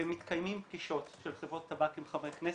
ומתקיימות פגישות של חברות טבק עם חברי כנסת.